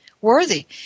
worthy